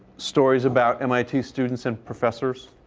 stories about mit students and professors.